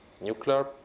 nuclear